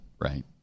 right